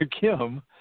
Kim